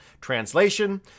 Translation